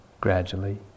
gradually